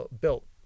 built